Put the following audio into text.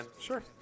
Sure